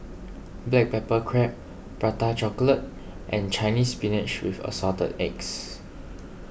Black Pepper Crab Prata Chocolate and Chinese Spinach with Assorted Eggs